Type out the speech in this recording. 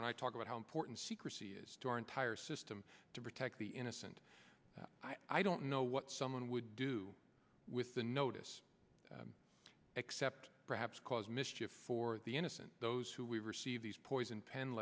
when i talk about how important secrecy is to our entire system to protect the innocent i don't know what someone would do with the notice except perhaps cause mischief for the innocent those who receive these poison pen